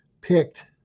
picked